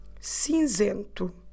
Cinzento